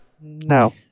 no